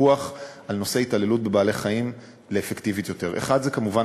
הפיקוח על נושא ההתעללות בבעלי-חיים לאפקטיבי יותר: 1. זאת כמובן